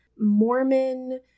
Mormon